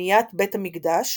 לבניית בית המקדש,